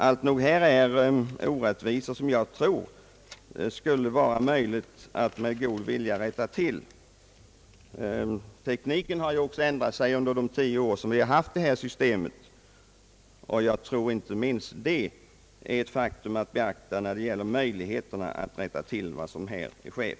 Här förekommer alltså orättvisor, som det skulle vara möjligt att med god vilja rätta till. Tekniken har ju också ändrat sig under de tio år som vi har tillämpat detta system. Inte minst detta är ett faktum att beakta när det gäller möjligheterna att rätta till dessa förhållanden.